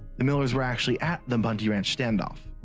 the millers were actually at the bundy ranch standoff.